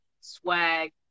swag